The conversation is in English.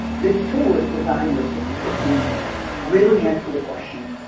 this tool is designed to assist the person to really answer the question